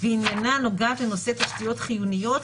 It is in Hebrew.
ועניינה נוגעת לנושא תשתיות חיוניות,